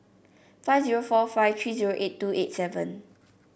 five zero four five three zero eight two eight seven